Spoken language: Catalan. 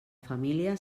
família